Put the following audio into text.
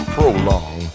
Prolong